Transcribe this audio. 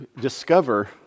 discover